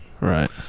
Right